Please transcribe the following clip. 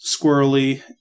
squirrely